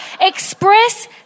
Express